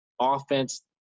offense